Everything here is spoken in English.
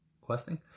questing